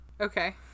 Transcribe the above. Okay